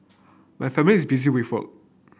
my family is busy with work